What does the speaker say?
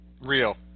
Real